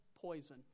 Poison